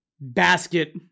basket